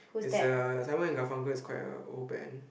it's uh Simon and Garfunkel is quite a old band